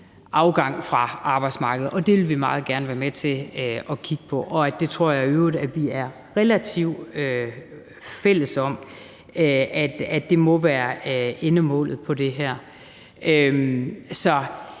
afgang fra arbejdsmarkedet. Og det vil vi meget gerne være med til at kigge på, og det tror jeg i øvrigt at vi er relativt fælles om at mene, altså at det må være endemålet for det her. Så